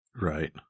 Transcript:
right